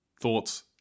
thoughts